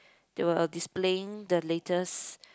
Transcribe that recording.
they were displaying the latest